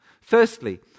Firstly